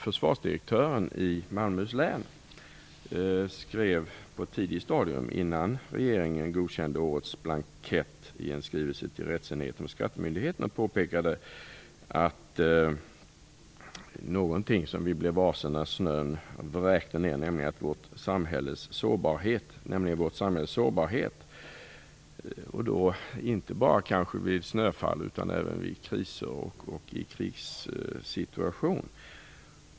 Försvarsdirektören i Malmöhus län skrev på ett tidigt stadium, innan regeringen godkände årets blankett, till rättsenheten hos skattemyndigheten och påpekade att när snön vräkte ner blev vi varse vårt samhälles sårbarhet, och det kanske inte bara vid snöfall utan vid kriser och i krigssituation.